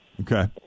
Okay